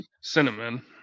cinnamon